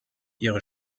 ihre